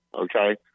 Okay